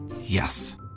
Yes